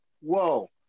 whoa